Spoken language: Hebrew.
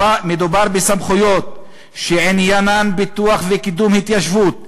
מדובר בסמכויות שעניינן פיתוח וקידום התיישבות,